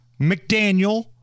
McDaniel